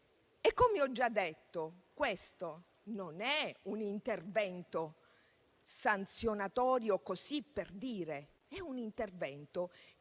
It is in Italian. Come ho già detto, questo non è un intervento sanzionatorio così per dire, ma serve